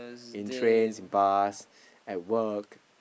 in trains bus at work